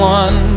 one